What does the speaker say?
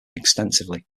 extensively